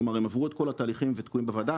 כלומר הם עברו את כל התהליכים ותקועים בוועדה,